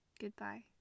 Goodbye